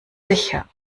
sicher